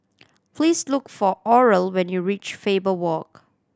please look for Oral when you reach Faber Walk